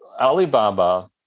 Alibaba